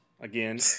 again